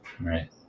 right